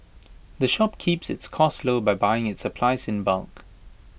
the shop keeps its costs low by buying its supplies in bulk